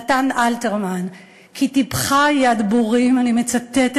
נתן אלתרמן: "כי טיפחה יד בורים" אני מצטטת,